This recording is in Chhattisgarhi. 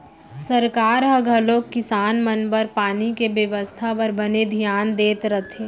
सरकार ह घलौक किसान मन बर पानी के बेवस्था बर बने धियान देत रथे